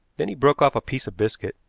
then he broke off a piece of biscuit,